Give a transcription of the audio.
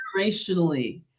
generationally